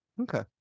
Okay